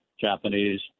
Japanese